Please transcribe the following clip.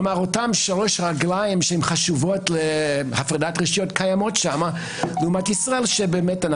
אותן שלוש רגליים שחשובות להפרדת הרשויות קיימות שם לעומת ישראל שבה